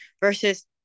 versus